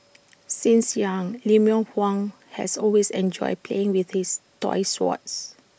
since young Lemuel Huang has always enjoyed playing with his toy swords